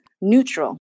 neutral